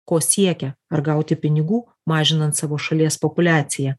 ko siekia ar gauti pinigų mažinant savo šalies populiaciją